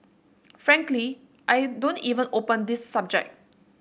frankly I don't even open this subject